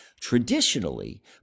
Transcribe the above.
traditionally